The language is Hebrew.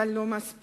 אבל לא מספיק.